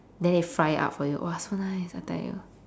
then they fry it up for you !wah! so nice I tell you